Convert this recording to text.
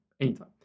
anytime